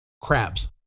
crabs